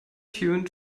tune